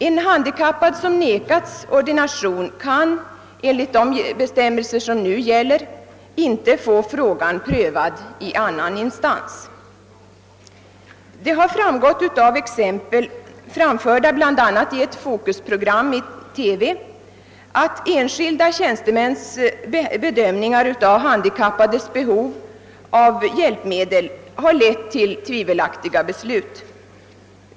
En handikappad som vägrats ordination kan enligt de bestämmelser som nu gäller inte få frågan prövad i annan instans. Det har framgått av exempel, framförda bl.a. i ett Fokus-program i TV, att enskilda tjänstemäns bedömning av handikappades behov av hjälpmedel lett till tvivelaktiga beslut.